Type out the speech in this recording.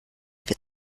wird